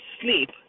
sleep